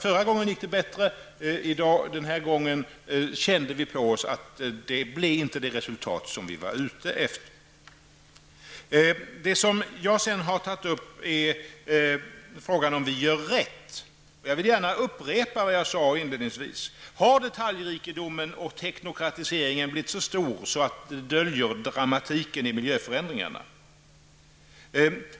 Förra gången gick det bättre, men den här gången kände vi på oss att vi inte nådde det resultat vi var ute efter. Jag har också tagit upp frågan om vi gör rätt. Jag vill gärna upprepa den fråga jag ställde inledningsvis: Har detaljrikedomen och teknokratiseringen blivit så stor att detta döljer dramatiken i miljöförändringarna?